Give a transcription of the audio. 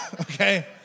okay